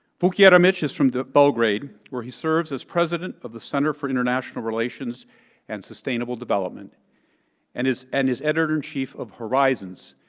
vuk jeremic is from belgrade where he serves as president of the center for international relations and sustainable development and is and is editor in chief of horizons,